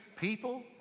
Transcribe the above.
people